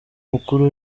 mukuru